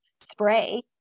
spray